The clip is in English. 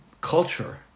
culture